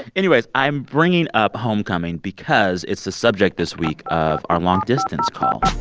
anyways, i'm bringing up homecoming because it's the subject this week of our long distance call